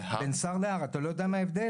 אתה יודע מה ההבדל